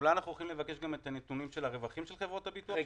אולי אנחנו יכולים לבקש את הנתונים של הרווחים של חברות הביטוח?